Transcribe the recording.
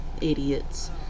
idiots